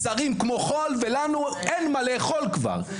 שרים כמו חול ולנו אין מה לאכול כבר.